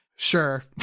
Sure